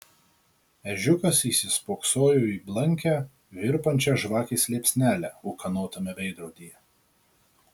ežiukas įsispoksojo į blankią virpančią žvakės liepsnelę ūkanotame veidrodyje